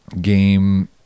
Game